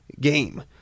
game